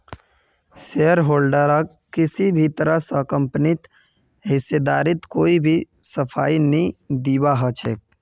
शेयरहोल्डरक किसी भी तरह स कम्पनीत हिस्सेदारीर कोई सफाई नी दीबा ह छेक